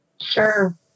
Sure